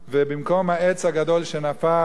ובמקום העץ הגדול שנפל,